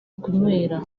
kunywera